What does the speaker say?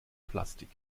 plastik